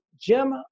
Jim